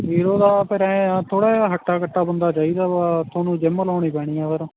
hero ਦਾ ਫਿਰ ਐਂ ਆ ਥੋੜ੍ਹਾ ਜਿਹਾ ਹੱਟਾ ਕੱਟਾ ਬੰਦਾ ਚਾਹੀਦਾ ਵਾ ਤੁਹਾਨੂੰ ਜਿਮ ਲਾਉਣੀ ਪੈਣੀ ਆ ਫਿਰ